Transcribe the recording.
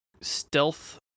stealth